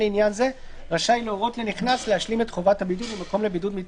לים לישראל מחוצה לה או ממדינה או ממדינות כאמור וכי